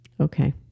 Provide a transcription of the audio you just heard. Okay